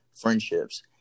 friendships